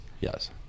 yes